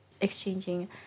exchanging